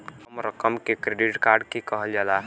कम रकम के क्रेडिट के कहल जाला